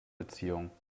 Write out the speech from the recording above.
beziehungen